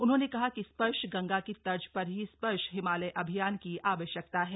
उन्होंने कहा की स्पर्श गंगा की तर्ज पर ही स्पर्श हिमालय अभियान की आवश्यकता है